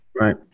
Right